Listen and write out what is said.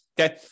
Okay